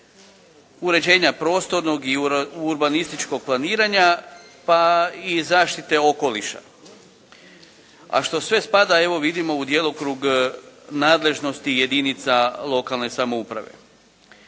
uređenja prostornog i urbanističkog planiranja, pa i zaštite okoliša, a što sve spada evo vidimo u djelokrug nadležnosti jedinica lokalne samouprave.